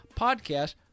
podcast